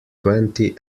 twenty